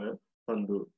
Pandu